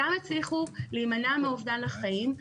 גם הצליחו להימנע מאובדן החיים.